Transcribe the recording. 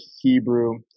Hebrew